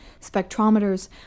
Spectrometers